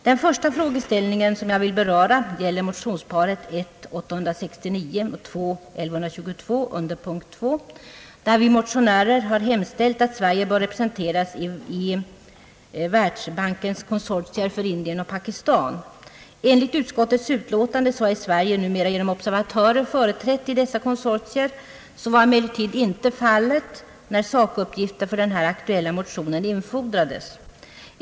Den första frågeställning som jag vill beröra gäller motionsparet I:869 och II: 1122 under punkt 2, där vi motionärer har hemställt att Sverige bör representeras i världsbankens konsortier för Indien och Pakistan. Enligt utskottets utlåtande är Sverige numera genom observatörer företrätt i dessa konsortier. Så var emellertid inte fallet när sakuppgifter för den här aktuella motionen infordrades.